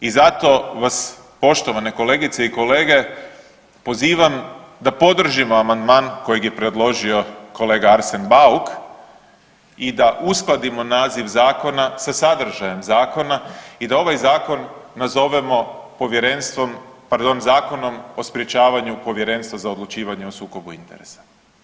I zato vas poštovane kolegice i kolege pozivam da podržimo amandman koji je predložio kolega Arsen Bauk i da uskladimo naziv zakona sa sadržajem zakona i da ovaj zakon nazovemo povjerenstvom, pardon zakonom o sprječavanju Povjerenstva za odlučivanje o sukobu interesa.